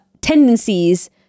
tendencies